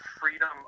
freedom